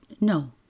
No